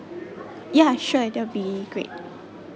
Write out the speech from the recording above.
ya sure that will be great